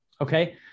Okay